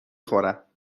خورم